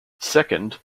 second